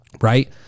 right